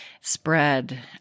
spread